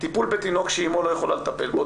טיפול בתינוק שאמו לא יכולה לטפל בו,